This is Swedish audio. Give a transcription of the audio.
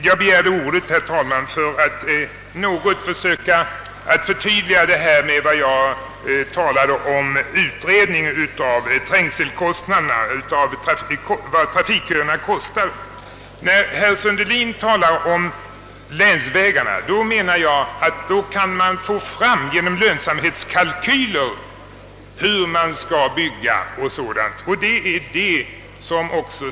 Jag begärde emellertid, herr talman, ordet för att försöka något förtydliga vad jag sade om en utredning av vad trafikköerna kostar. Herr Sundelin talade om länsvägarna. Jag anser att man genom lönsamhetskalkyler kan få fram hur man skall bygga dem m.m.